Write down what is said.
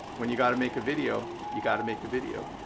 when you got to make a video, you got to make a video.